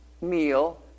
meal